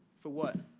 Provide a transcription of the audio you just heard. for what?